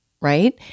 right